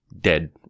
dead